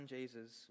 Jesus